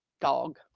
dog